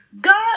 God